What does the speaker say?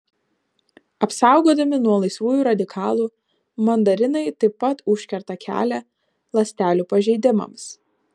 apsaugodami nuo laisvųjų radikalų mandarinai taip pat užkerta kelią ląstelių pažeidimams